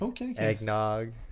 Eggnog